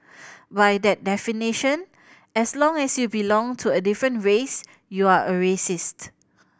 by that definition as long as you belong to a different race you are a racist